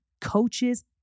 coaches